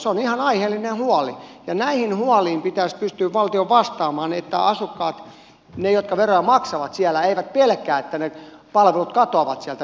se on ihan aiheellinen huoli ja näihin huoliin pitäisi pystyä valtion vastaamaan että asukkaat he jotka veroja maksavat siellä eivät pelkää että ne palvelut katoavat sieltä minnekään